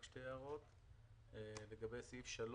סעיף 3